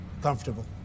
comfortable